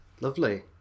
Lovely